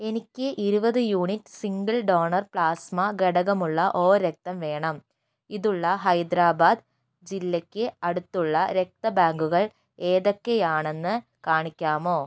എനിക്ക് ഇരുപത് unit single donor plasma ഘടകമുള്ള ഒ രക്തം വേണം ഇതുള്ള ഹൈദരാബാദ് ജില്ലയ്ക്ക് അടുത്തുള്ള രക്തബാങ്കുകൾ ഏതൊക്കെയാണെന്ന് കാണിക്കാമോ